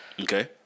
Okay